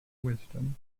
wisdom